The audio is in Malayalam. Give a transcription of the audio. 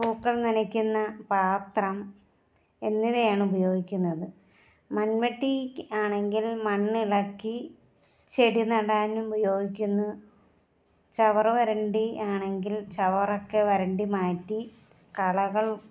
പൂക്കൾ നനയ്ക്കുന്ന പാത്രം എന്നിവയാണ് ഉപയോഗിക്കുന്നത് മൺവെട്ടി ആണെങ്കിൽ മണ്ണ് ഇളക്കി ചെടി നടാൻ ഉപയോഗിക്കുന്നു ചവറ് വരണ്ടി ആണെങ്കിൽ ചവറൊക്കെ വരണ്ടി മാറ്റി കളകൾ